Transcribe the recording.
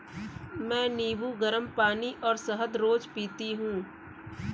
मैं नींबू, गरम पानी और शहद रोज पीती हूँ